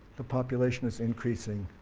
the population is increasing